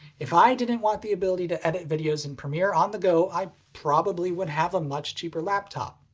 if i didn't want the ability to edit videos in premiere on the go, i probably would have a much cheaper laptop.